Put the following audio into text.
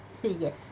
yes